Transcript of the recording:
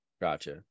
gotcha